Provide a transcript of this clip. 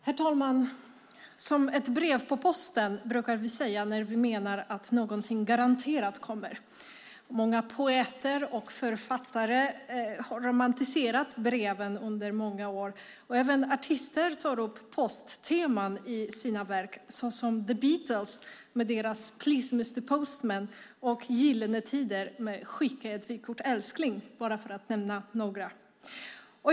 Herr talman! "Som ett brev på posten", brukar vi säga när vi menar att någonting garanterat kommer. Många poeter och författare har romantiserat breven under många år, och även artister tar upp postteman i sina verk, såsom The Beatles med Please Mr. Postman och Gyllene Tider med Skicka ett vykort, älskling , bara för att nämna några.